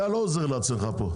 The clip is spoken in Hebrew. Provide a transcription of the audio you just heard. אתה לא עוזר לעצמך פה.